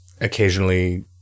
occasionally